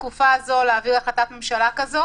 בתקופה הזו להעביר החלטה כזאת.